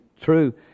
true